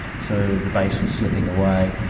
so the base was slipping away.